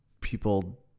people